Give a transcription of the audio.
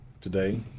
today